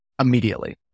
immediately